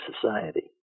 society